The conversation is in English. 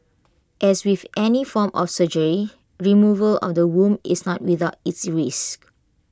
as with any form of surgery removal of the womb is not without its risks